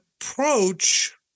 approach